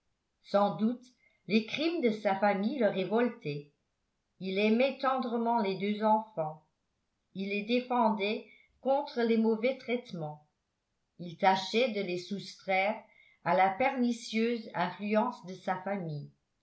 sans doute les crimes de sa famille le révoltaient il aimait tendrement les deux enfants il les défendait contre les mauvais traitements il tâchait de les soustraire à la pernicieuse influence de sa famille